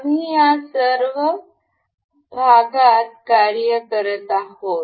आम्ही या भागात कार्य करत आहोत